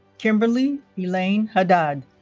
kimberly elaine haddad